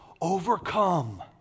overcome